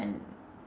when